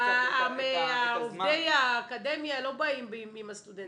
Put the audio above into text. עובדי האקדמיה לא באים עם הסטודנטים.